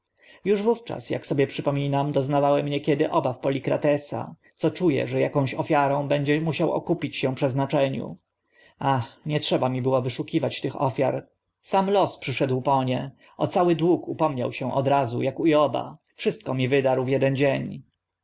już wówczas ak sobie przypominam doznawałem niekiedy obaw zwierciadlana zagadka polikratesa co czu e że akąś ofiarą będzie musiał okupić się przeznaczeniu ach nie trzeba mi było wyszukiwać tych ofiar sam los przyszedł po nie o cały dług upomniał się od razu ak u joba wszystko mi wydarł w eden dzień